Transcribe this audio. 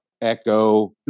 Echo